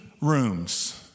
rooms